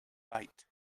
byte